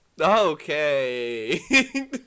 Okay